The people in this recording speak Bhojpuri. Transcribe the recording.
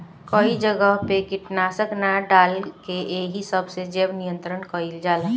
कई जगह पे कीटनाशक ना डाल के एही सब से जैव नियंत्रण कइल जाला